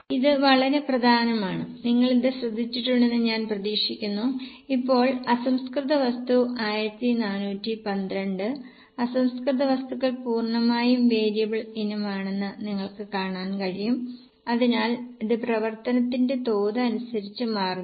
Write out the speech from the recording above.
ഇത് വളരെ പ്രധാനമാണ് നിങ്ങൾ ഇത് ശ്രദ്ധിച്ചിട്ടുണ്ടെന്ന് ഞാൻ പ്രതീക്ഷിക്കുന്നു ഇപ്പോൾ അസംസ്കൃത വസ്തു 1412 അസംസ്കൃത വസ്തുക്കൾ പൂർണ്ണമായും വേരിയബിൾ ഇനമാണെന്ന് നിങ്ങൾക്ക് കാണാൻ കഴിയും അതിനാൽ ഇത് പ്രവർത്തനത്തിന്റെ തോത് അനുസരിച്ച് മാറുന്നു